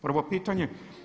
Prvo pitanje.